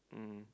mm